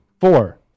four